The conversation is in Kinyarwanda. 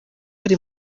ari